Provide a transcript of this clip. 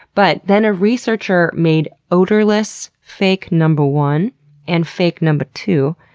but then a researcher made odorless fake number one and fake number two,